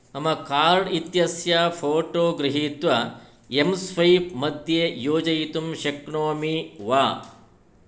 मम कार्ड् इत्यस्य फ़ोटो गृहीत्वा एं स्वैप्मध्ये योजयितुं शक्नोमि वा